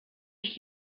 ich